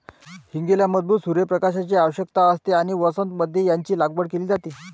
हींगेला मजबूत सूर्य प्रकाशाची आवश्यकता असते आणि वसंत मध्ये याची लागवड केली जाते